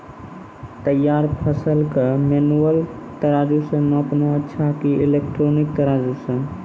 तैयार फसल के मेनुअल तराजु से नापना अच्छा कि इलेक्ट्रॉनिक तराजु से?